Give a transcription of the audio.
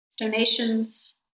Donations